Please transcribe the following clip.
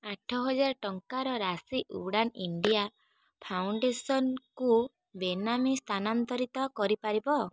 ଆଠହଜାର ଟଙ୍କାର ରାଶି ଉଡ଼ାନ୍ ଇଣ୍ଡିଆ ଫାଉଣ୍ଡେସନ୍କୁ ବେନାମୀ ସ୍ଥାନାନ୍ତରିତ କରିପାରିବ